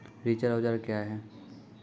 रिचर औजार क्या हैं?